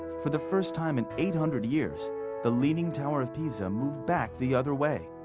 for the first time in eight hundred years the leaning tower of pisa moved back the other way.